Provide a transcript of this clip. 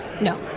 No